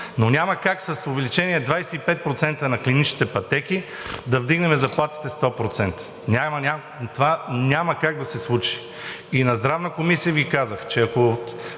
но няма как с увеличения от 25% на клиничните пътеки да вдигнем заплатите 100%. Това няма как да се случи. И на Здравната комисия Ви казах, че ако